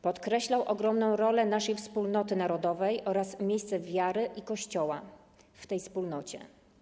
Podkreślał ogromną rolę naszej wspólnoty narodowej oraz miejsce wiary i Kościoła w tej wspólnocie.